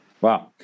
Wow